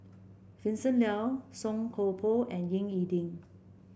Vincent Leow Song Koon Poh and Ying E Ding